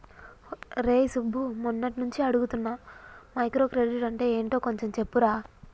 రేయ్ సుబ్బు, మొన్నట్నుంచి అడుగుతున్నాను మైక్రో క్రెడిట్ అంటే యెంటో కొంచెం చెప్పురా